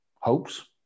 hopes